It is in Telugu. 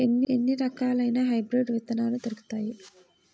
ఎన్ని రకాలయిన హైబ్రిడ్ విత్తనాలు దొరుకుతాయి?